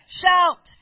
shout